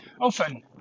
often